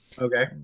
Okay